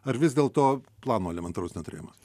ar vis dėlto plano elementaraus neturėjimas